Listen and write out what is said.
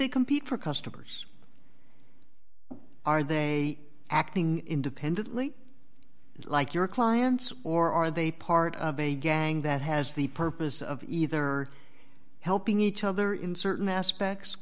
they compete for customers are they acting independently like your clients or are they part of a gang that has the purpose of either helping each other in certain aspects